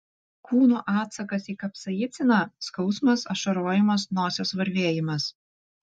kūno atsakas į kapsaiciną skausmas ašarojimas nosies varvėjimas